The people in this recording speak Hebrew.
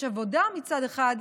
יש עבודה מצד אחד,